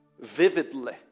vividly